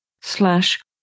slash